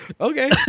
Okay